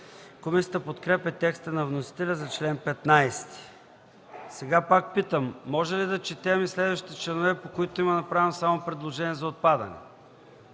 Комисията подкрепя текста на вносителя за чл. 15. Сега пак питам: можем ли да четем и следващите членове, по които има направено само предложение за отпадане?